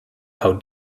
how